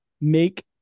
make